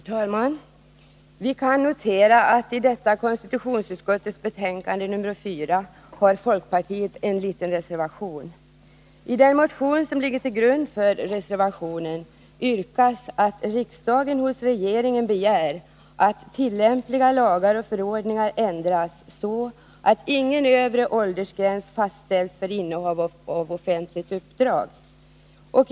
Herr talman! Vi kan notera att i konstitutionsutskottets betänkande nr 4 har folkpartiet en liten reservation. I den motion som ligger till grund för reservationen yrkas att riksdagen hos regeringen begär ”att tillämpliga lagar och förordningar ändras så att ingen övre åldersgräns fastställs för innehav av offentliga uppdrag”.